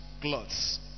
clothes